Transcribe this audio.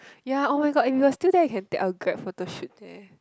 ya [oh]-my-god if we're still there we can take a grab photo shoot there